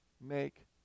make